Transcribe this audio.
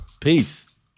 Peace